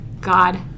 God